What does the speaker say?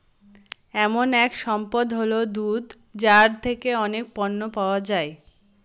এমন এক সম্পদ হল দুধ যার থেকে অনেক পণ্য পাওয়া যায়